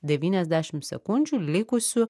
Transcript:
devyniasdešim sekundžių likusių